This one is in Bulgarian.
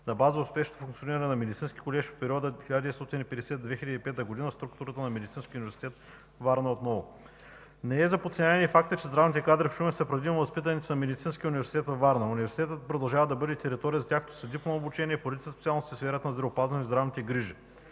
на база успешното функциониране на Медицинския колеж в периода 1950 – 2005 г., отново в структурата на Медицинския университет – Варна. Не е за подценяване и фактът, че здравните кадри в Шумен са предимно възпитаници на Медицинския университет във Варна. Университетът продължава да бъде територия и за тяхното следдипломно обучение по редица специалности в сферата на здравеопазването и здравните грижи.